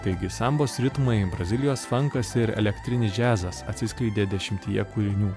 taigi sambos ritmai brazilijos fankas ir elektrinis džiazas atsiskleidė dešimtyje kūrinių